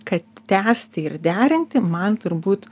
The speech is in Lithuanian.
kad tęsti ir derinti man turbūt